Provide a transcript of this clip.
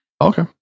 Okay